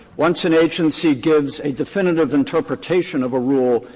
once an agency gives a definitive interpretation of a rule,